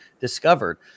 discovered